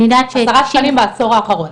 עשרה שקלים בעשור האחרון.